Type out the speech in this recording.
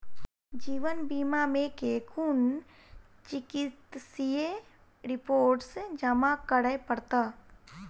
जीवन बीमा मे केँ कुन चिकित्सीय रिपोर्टस जमा करै पड़त?